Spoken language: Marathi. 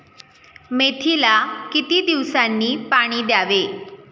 मेथीला किती दिवसांनी पाणी द्यावे?